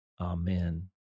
amen